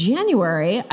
January